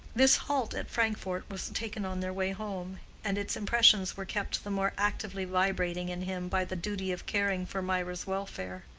this halt at frankfort was taken on their way home, and its impressions were kept the more actively vibrating in him by the duty of caring for mirah's welfare.